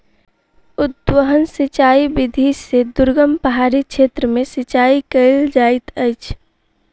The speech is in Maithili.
उद्वहन सिचाई विधि से दुर्गम पहाड़ी क्षेत्र में सिचाई कयल जाइत अछि